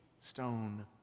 stone